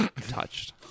touched